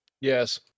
yes